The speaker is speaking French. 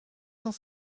cent